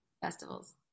Festivals